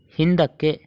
ಹಿಂದಕ್ಕೆ